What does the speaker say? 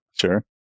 Sure